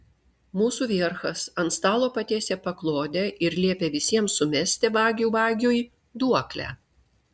mūsų vierchas ant stalo patiesė paklodę ir liepė visiems sumesti vagių vagiui duoklę